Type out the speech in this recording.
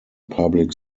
public